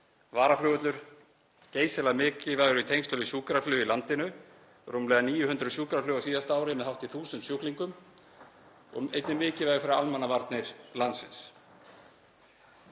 Hann er geysilega mikilvægur í tengslum við sjúkraflug í landinu, rúmlega 900 sjúkraflug á síðasta ári með hátt í 1.000 sjúklingum, og er einnig mikilvægur fyrir almannavarnir landsins.